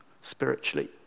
spiritually